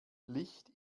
licht